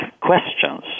questions